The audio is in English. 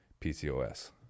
PCOS